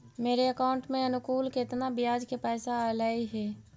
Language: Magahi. मेरे अकाउंट में अनुकुल केतना बियाज के पैसा अलैयहे?